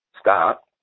stop